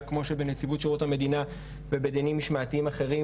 כמו בשירות המדינה ובדינים משמעתיים אחרים,